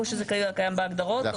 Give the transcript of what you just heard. או שזה קיים בהגדרות?